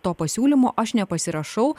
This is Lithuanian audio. to pasiūlymo aš nepasirašau